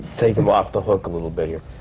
take him off the hook a little bit here.